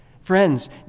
Friends